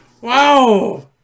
Wow